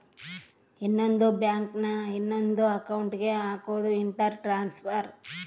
ಇನ್ನೊಂದ್ ಬ್ಯಾಂಕ್ ನ ಇನೊಂದ್ ಅಕೌಂಟ್ ಗೆ ಹಕೋದು ಇಂಟರ್ ಟ್ರಾನ್ಸ್ಫರ್